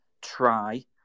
try